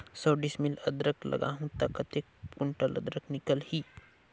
सौ डिसमिल अदरक लगाहूं ता कतेक कुंटल अदरक निकल ही?